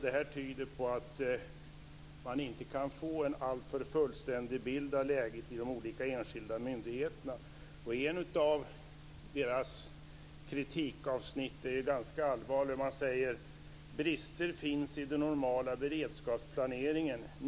Det här tyder på att man inte kan få en helt fullständig bild av läget inom de olika enskilda myndigheterna. Ett av kritikavsnitten är ganska allvarligt. Man säger: Brister finns i den normala beredskapsplaneringen.